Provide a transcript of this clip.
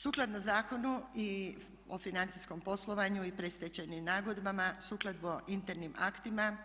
Sukladno Zakonu o financijskom poslovanju i predstečajnim nagodbama, sukladno internim aktima